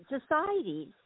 societies